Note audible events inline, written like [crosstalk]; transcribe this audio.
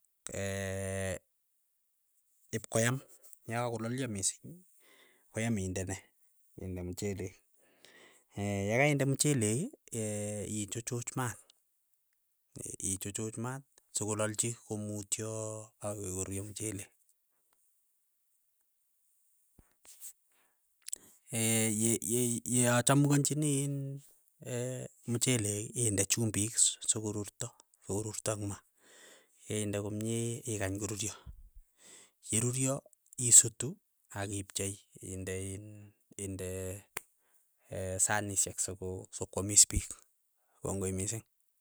[hesitation] ipkoyam, yakakolalyo mising koyam inde ne. inde mchelek, [hesitation] yakainde mchelek [hesitation] ichuchuch maat. [hesitation] ichuchuch maat sokolalchi komutyo akoi ko koruryo mchelek, [hesitation] [hesitation] ye- ye- yeachamukanchini iin [hesitation] mchelek inde chumbik sokorurto, korurto ing' ma, keinde komie ikany koruryo, yeruryo isutu akipchei, inde in inde [hesitation] sanishek soko sokwamis piik. kongoi mising.